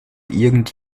irgend